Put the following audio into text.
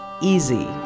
easy